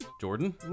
jordan